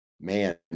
man